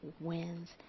wins